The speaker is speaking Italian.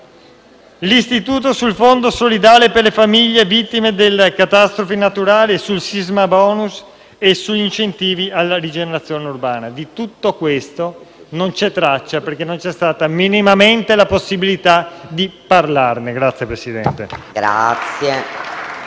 l'istituto sul fondo solidale per le famiglie vittime delle catastrofi naturali, il sisma *bonus* e gli incentivi alla rigenerazione urbana. Di tutto questo non c'è traccia perché non c'è stata minimamente la possibilità di parlarne. *(Applausi